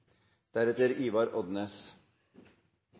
regjeringen. Ivar Odnes